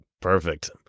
Perfect